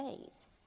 days